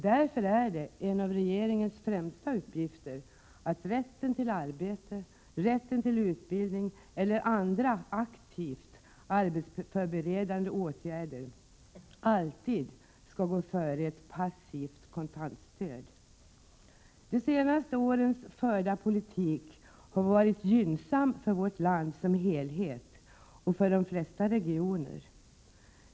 Därför är det en av regeringens främsta uppgifter att se till att rätten till arbete, rätten till utbildning eller andra aktivt arbetsförberedande åtgärder alltid går före ett passivt kontantstöd. De senaste årens förda politik har varit gynnsam för vårt land som helhet och för de flesta regioner.